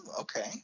okay